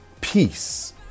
peace